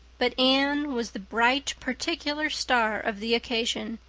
but anne was the bright particular star of the occasion,